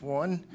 one